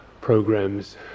programs